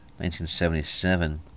1977